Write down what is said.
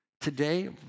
today